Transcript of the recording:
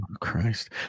Christ